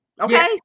Okay